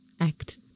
act